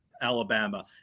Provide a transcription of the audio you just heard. Alabama